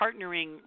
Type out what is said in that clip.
partnering